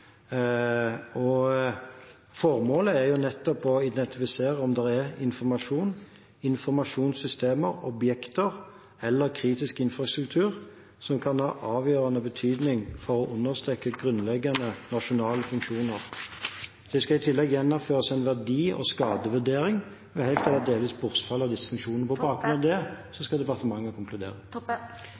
rådgiversiden. Formålet er nettopp å identifisere om det er informasjon, informasjonssystemer, objekter eller kritisk infrastruktur som kan ha avgjørende betydning for å understøtte grunnleggende nasjonale funksjoner. Det skal i tillegg gjennomføres en verdi- og skadevurdering ved helt eller delvis bortfall av disse funksjonene. På bakgrunn av det skal departementet konkludere.